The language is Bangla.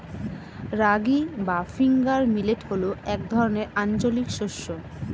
রাগী বা ফিঙ্গার মিলেট হল এক ধরনের আঞ্চলিক শস্য